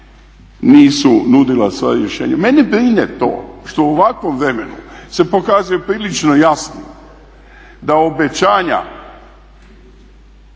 nisu nudila svoja rješenja. Mene brine to što u ovakvom vremenu se pokazuje prilično jasnim da obećanja